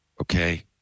okay